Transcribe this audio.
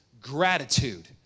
Gratitude